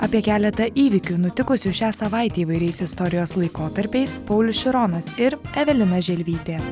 apie keletą įvykių nutikusių šią savaitę įvairiais istorijos laikotarpiais paulius šironas ir evelina želvytė